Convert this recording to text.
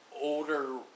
older